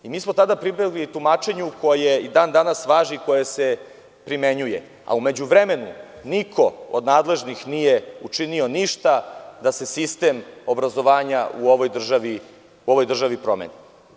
Mi smo tada pribegli tumačenju koje i dan danas važi i koje se primenjuje, a u međuvremenu, niko od nadležnih nije učinio ništa da se sistem obrazovanja u ovoj državi promeni.